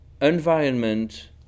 environment